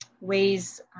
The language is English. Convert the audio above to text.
ways